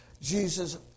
Jesus